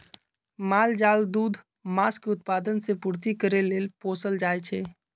माल जाल दूध, मास के उत्पादन से पूर्ति करे लेल पोसल जाइ छइ